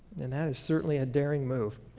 and that is certainly a daring move.